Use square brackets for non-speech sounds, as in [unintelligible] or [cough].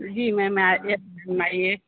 जी ma'am [unintelligible] आइये